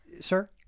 Sir